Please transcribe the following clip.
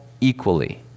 equally